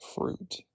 fruit